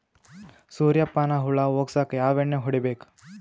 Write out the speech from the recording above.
ಸುರ್ಯಪಾನ ಹುಳ ಹೊಗಸಕ ಯಾವ ಎಣ್ಣೆ ಹೊಡಿಬೇಕು?